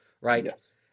Right